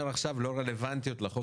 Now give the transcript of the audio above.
עכשיו לא רלוונטיות להצעת החוק שלפנינו.